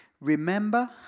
remember